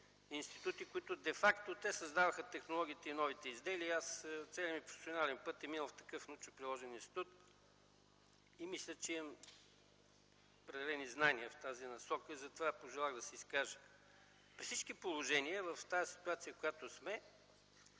институти, които де факто създаваха технологиите и новите изделия. Целият ми професионален път е минал в такъв научно-приложен институт. Мисля, че имам определени знания в тази насока и затова пожелах да се изкажа. В ситуацията, в която сме,